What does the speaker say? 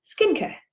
skincare